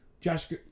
Josh –